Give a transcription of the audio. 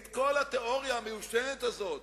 את כל התיאוריה המיושנת הזאת,